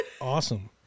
awesome